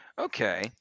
Okay